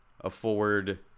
afford